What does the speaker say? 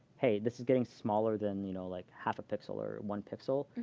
hey, this is getting smaller than you know like half a pixel or one pixel,